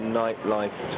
nightlife